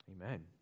Amen